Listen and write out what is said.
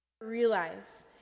realize